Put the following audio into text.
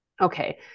Okay